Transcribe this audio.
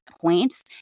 points